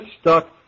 stuck